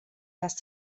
les